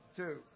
two